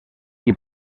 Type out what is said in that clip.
qui